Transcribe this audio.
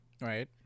Right